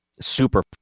Super